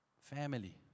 family